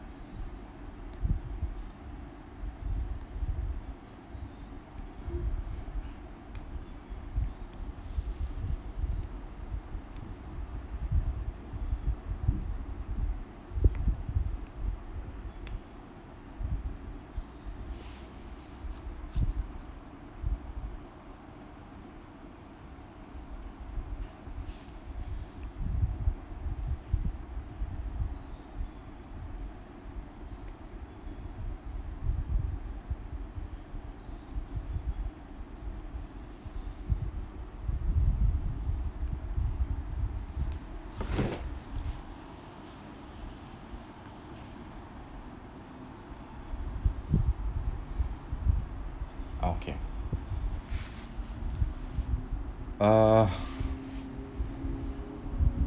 uh